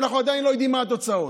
ואנחנו עדיין לא יודעים מה התוצאות.